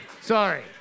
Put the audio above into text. Sorry